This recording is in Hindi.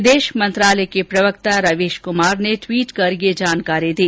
विदेश मंत्रालय के प्रवक्ता रवीश कुमार ने ट्वीट करके यह जानकारी दी